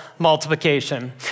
Multiplication